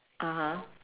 (uh huh)